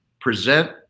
present